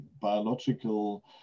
biological